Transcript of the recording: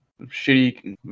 shitty